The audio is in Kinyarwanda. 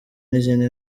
n’izindi